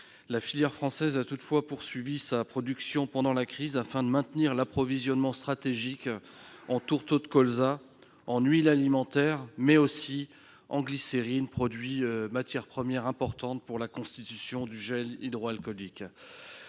la filière française a poursuivi sa production pendant la crise, afin de maintenir l'approvisionnement stratégique en tourteaux de colza, en huiles alimentaires, mais aussi en glycérine, matière première importante pour la production de gel hydroalcoolique.